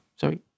Sorry